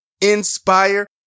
inspire